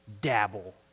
dabble